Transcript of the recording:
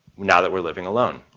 now that we're living alone.